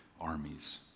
armies